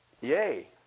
Yay